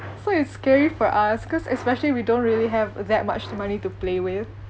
so it's scary for us cause especially we don't really have that much money to play with